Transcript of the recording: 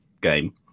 game